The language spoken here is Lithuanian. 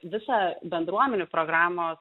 visą bendruomenių programos